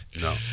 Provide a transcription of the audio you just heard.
No